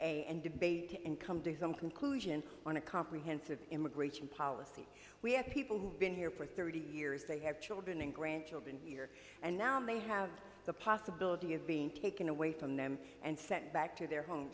and debate and come do some conclusion on a comprehensive immigration policy we have people who've been here for thirty years they have children and grandchildren here and now and they have the possibility of being taken away from them and sent back to their home